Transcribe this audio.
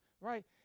right